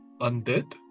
Undead